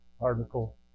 article